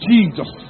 Jesus